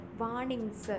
warnings